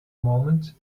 moment